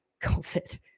COVID